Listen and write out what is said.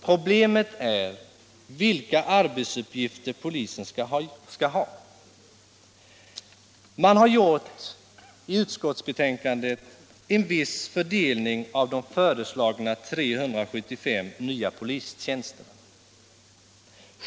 Problemet är vilka arbetsuppgifter polisen skall ha. Man har gjort en viss fördelning av de föreslagna 375 nya polistjänsterna.